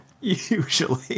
Usually